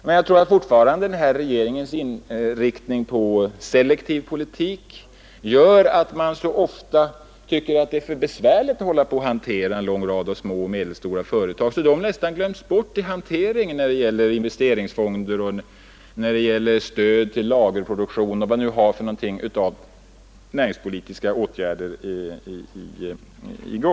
Men jag tror fortfarande att regeringens inriktning på selektiv politik gör att man ofta tycker att det är så besvärligt att hantera en lång rad av små och medelstora företag att de nästan glöms bort i hanteringen när det gäller investeringsfonder, stöd till lagerproduktion och andra näringspolitiska åtgärder som kan vidtas.